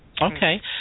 Okay